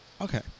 Okay